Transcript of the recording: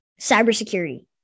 cybersecurity